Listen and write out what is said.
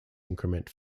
increment